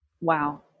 Wow